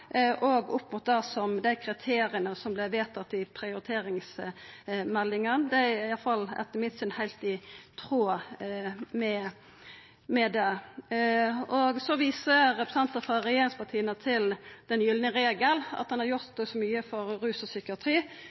dei kriteria som vart vedtatt i prioriteringsmeldinga. Det er iallfall etter mitt syn heilt i tråd med det. Representantar frå regjeringspartia viser til den gylne regel, at ein har gjort så mykje for rus og psykiatri,